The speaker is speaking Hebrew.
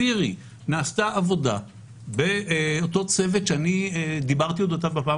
נעשתה עבודה באותו צוות שדיברתי על אודותיו בפעם